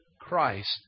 Christ